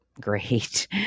great